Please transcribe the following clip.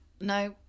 no